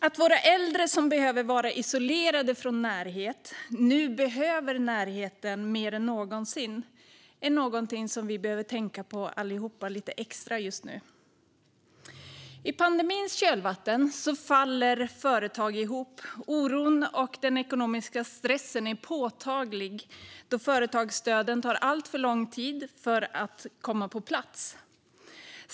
Att våra äldre som behöver vara isolerade från närhet nu behöver närheten mer än någonsin är någonting som vi behöver tänka på allihop lite extra just nu. I pandemins kölvatten faller företag ihop. Oron och den ekonomiska stressen är påtaglig då det tar alltför lång tid för företagsstöden att komma på plats.